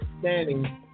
standing